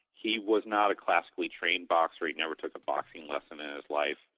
he was not a classically trained boxer he never took a boxing lesson in his life.